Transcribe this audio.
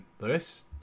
Lewis